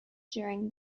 during